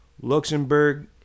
Luxembourg